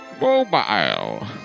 mobile